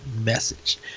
message